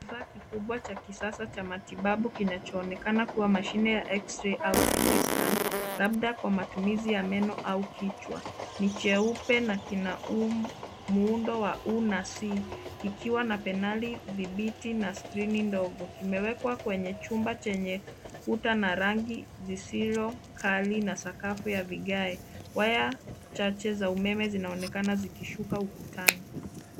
Kifaa kikubwa cha matibabu cha kisasa kinachoonekana kuwa mashine ya X-ray au City Scan labda kwa matumizi ya meno au kichwa, ni cheupe na kina muundo wa U na C kikiwa na paneli dhibiti na skrini ndogo. Kimewekwa kwenye chumba chenye kuta na rangi zisizo kali na sakafu ya vigae. Waya chache za umeme zinaonekana zikishuka ukutani.